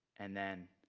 and then